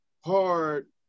hard